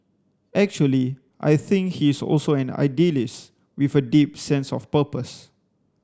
actually I think he is also an idealist with a deep sense of purpose